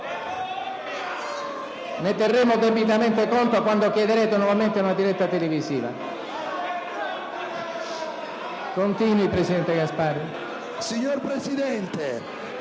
Ne terremo debitamente conto quando chiederete nuovamente una diretta televisiva. Continui, presidente Gasparri.